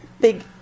big